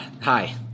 hi